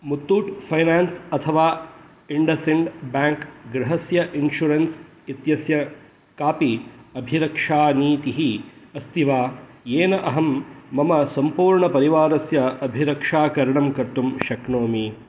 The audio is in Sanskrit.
मुत्तूट् फ़ैनान्स् अथवा इण्डसेण्ड् ब्याङ्क् गृहस्य इन्शुरन्स् इत्यस्य कापि अभिरक्षानीतिः अस्ति वा येन अहं मम सम्पूर्णपरिवारस्य अभिरक्षाकरणं कर्तुं शक्नोमि